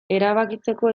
erabakitzeko